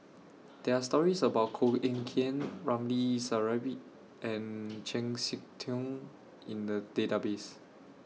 There Are stories about Koh Eng Kian Ramli Sarip and Chng Seok Tin in The Database